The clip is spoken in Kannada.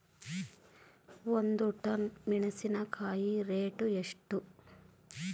ಒಂದು ಟನ್ ಮೆನೆಸಿನಕಾಯಿ ರೇಟ್ ಎಷ್ಟು?